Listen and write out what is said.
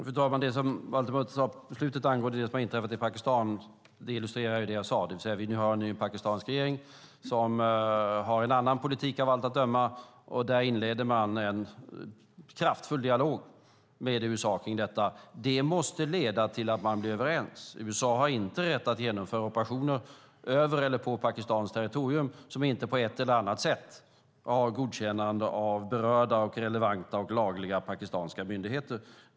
Fru talman! Det som Valter Mutt sade på slutet angående det som har inträffat i Pakistan illustrerar ju det jag sade, det vill säga att vi nu har en ny pakistansk regering som av allt att döma har en annan politik. Man inledde en kraftfull dialog med USA kring detta. Det måste leda till att man blir överens. USA har inte rätt att genomföra operationer över eller på pakistanskt territorium som inte på ett eller annat sätt har ett godkännande av berörda, relevanta och lagliga pakistanska myndigheter.